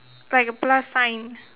like a plus sign